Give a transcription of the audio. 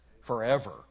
forever